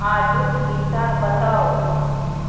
आजुक दिशा बताउ